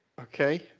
Okay